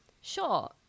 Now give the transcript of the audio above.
Sure